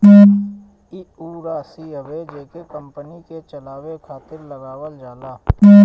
ई ऊ राशी हवे जेके कंपनी के चलावे खातिर लगावल जाला